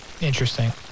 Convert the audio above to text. Interesting